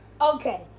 Okay